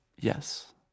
yes